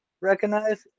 recognize